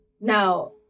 Now